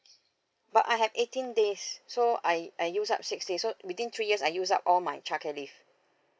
but I have eighteen days so I I use up six days so within three years I use up all my childcare leave